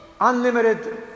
unlimited